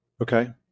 Okay